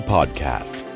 Podcast